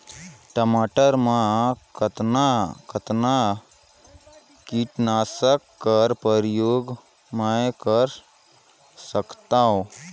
टमाटर म कतना कतना कीटनाशक कर प्रयोग मै कर सकथव?